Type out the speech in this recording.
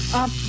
up